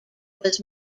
was